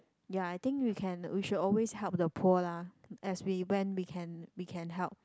ya I think we can we should always help the poor lah as we when we can we can help